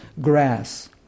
grass